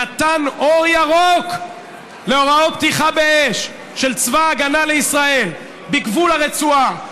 נתן אור ירוק להוראות פתיחה באש של צבא ההגנה לישראל בגבול הרצועה.